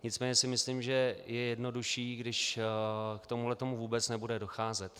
Nicméně si myslím, že je jednodušší, když k tomuhle vůbec nebude docházet.